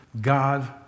God